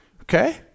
okay